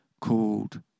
called